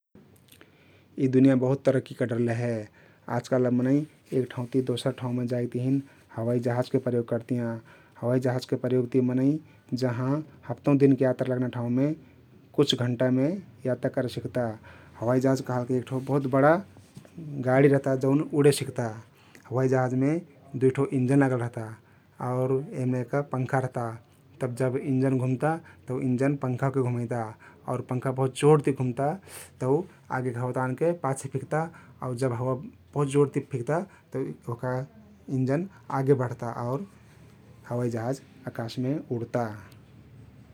यी दुनिया बहुत तरक्की कर डरले हे । आजकाल अब मनै एक ठाउँति दोसर दोसार ठाउँमे जाईक तहिन हवाई जहाजके प्रयोग करतियाँ । हवाई जहाजके प्रयोगति मनै जहाँ हप्तौं दिनके यात्रा लग्ना ठाउँमे कुछ घण्टामे यात्रा करे सिक्ता । हवाई जहाज कहलके एक ठो बहुत बडा गाडी रहता जउन उडे सिक्ता । हवाई जहाजमे दुई ठो इन्जन लागल रहता आउर यमने यहका पंखा रहता । तब जब इन्जन घुम्ता इन्जन पंखा ओहके घुमैता आउर पंखा बहुत जोरित घुम्ता तउ आगेक हवा तान्के पाछे फिक्ता आउ जब हवा बहुत जोरति फिक्ता तउ ओहका इन्जन आगे बढ्ता आउर हवाई जहाज अकाशमे उड्ता ।